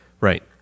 Right